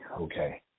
okay